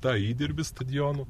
tą įdirbį stadionų